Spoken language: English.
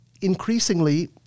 increasingly